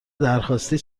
درخواستی